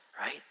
right